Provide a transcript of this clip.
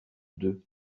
deux